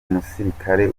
umusirikare